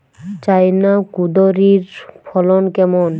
China কুঁদরীর ফলন কেমন?